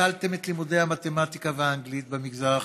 ביטלתם את לימודי המתמטיקה והאנגלית במגזר החרדי,